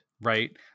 right